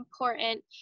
important